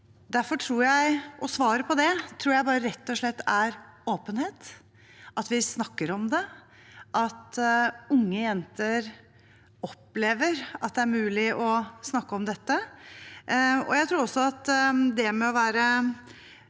svaret på dette rett og slett er åpenhet, at vi snakker om det, og at unge jenter opplever at det er mulig å snakke om dette. Jeg tror også at det med å være